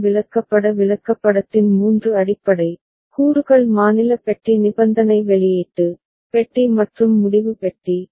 ASM விளக்கப்பட விளக்கப்படத்தின் மூன்று அடிப்படை கூறுகள் மாநில பெட்டி நிபந்தனை வெளியீட்டு பெட்டி மற்றும் முடிவு பெட்டி